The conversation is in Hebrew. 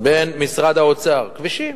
בין משרד האוצר, מה, כבישים.